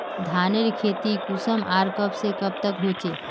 धानेर खेती कुंसम आर कब से कब तक होचे?